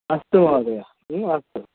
अस्तु महोदय अस्तु